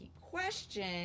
question